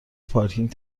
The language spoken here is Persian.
پارکینگ